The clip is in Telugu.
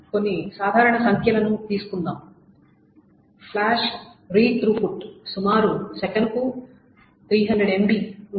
కొన్ని సాధారణ సంఖ్యలను తీసుకుందాం ఫ్లాష్ రీడ్ త్రూపుట్ సుమారు సెకనుకు 300 MB ఉంటుంది